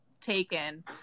taken